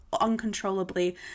uncontrollably